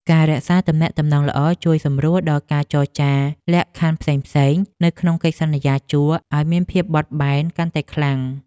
ការរក្សាទំនាក់ទំនងល្អជួយសម្រួលដល់ការចរចាលក្ខខណ្ឌផ្សេងៗនៅក្នុងកិច្ចសន្យាជួលឱ្យមានភាពបត់បែនកាន់តែខ្លាំង។